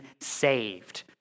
saved